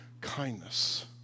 kindness